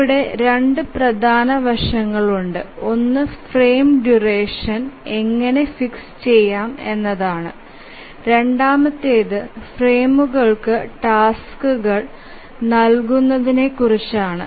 ഇവിടെ രണ്ട് പ്രധാന വശങ്ങൾ ഉണ്ട് ഒന്ന് ഫ്രെയിം ഡ്യൂറേഷൻ എങ്ങനെ ഫിക്സ് ചെയാം എന്നതാണ് രണ്ടാമത്തേത് ഫ്രെയിമുകൾക്ക് ടാസ്കുകൾ നൽകുന്നതിനെക്കുറിച്ചാണ്